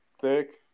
thick